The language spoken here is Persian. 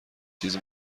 تیز